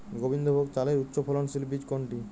গোবিন্দভোগ চালের উচ্চফলনশীল বীজ কোনটি?